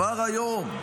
כבר היום,